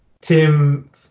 tim